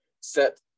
set